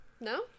No